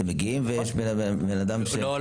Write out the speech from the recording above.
כשאתם מגיעים ויש בן אדם --- לא,